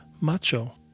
macho